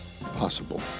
possible